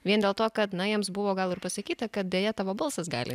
vien dėl to kad na jiems buvo gal ir pasakyta kad deja tavo balsas gali